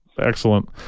Excellent